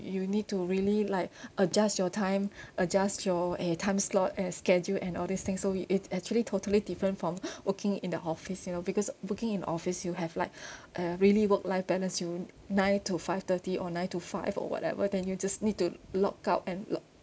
you need to really like adjust your time adjust your err time slot as scheduled and all this thing so it it actually totally different from working in the office you know because working in office you have like a really work life balance you nine to five thirty or nine to five or whatever then you just need to lock out and lock